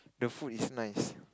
the food is nice